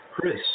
Chris